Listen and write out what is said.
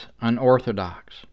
unorthodox